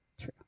true